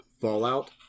fallout